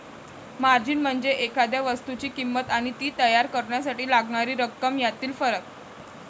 margin म्हणजे एखाद्या वस्तूची किंमत आणि ती तयार करण्यासाठी लागणारी रक्कम यातील फरक